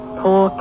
poor